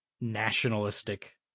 nationalistic